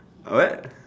what